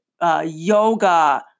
Yoga